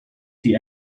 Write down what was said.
see